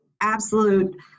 absolute